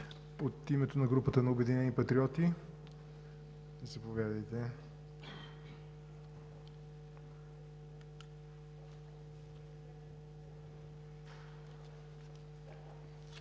От името на групата на „Обединени патриоти“?